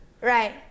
Right